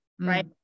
right